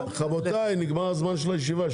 רבותיי, נגמר הזמן של הישיבה.